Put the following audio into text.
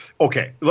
okay